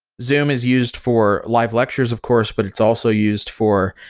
zoom is used for live lectures, of course, but it's also used for,